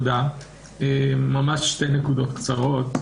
שתי נקודות קצרות: